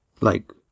like